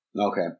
Okay